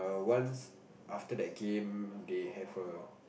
once after that game they have a